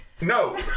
No